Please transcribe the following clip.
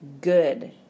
good